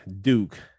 Duke